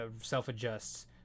self-adjusts